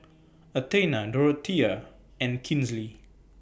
Athena Dorthea and Kinsley